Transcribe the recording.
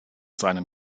seinen